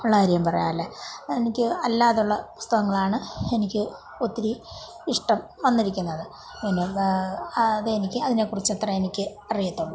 ഉള്ള കാര്യം പറയാമല്ലൊ എനിക്ക് അല്ലാതെ ഉള്ള പുസ്തകങ്ങളാണ് എനിക്ക് ഒത്തിരി ഇഷ്ടം വന്നിരിക്കുന്നത് പിന്നെ അതെനിക്ക് അതിനേക്കുറിച്ച് അത്രയുമേ എനിക്ക് അറിയത്തുള്ളൂ